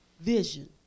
vision